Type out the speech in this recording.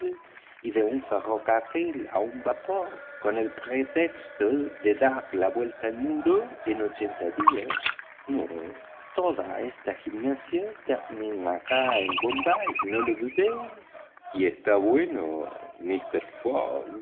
y de un ferrocarril a un vapor con el pretexto de dar la vuelta al mundo en ochenta días no toda esta gimnasia terminará en bombay no lo dudéis y se encuentra bien mister fogg